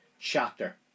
chapter